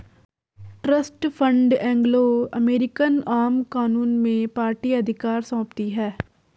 trust fund Anglo American आम कानून में पार्टी अधिकार सौंपती है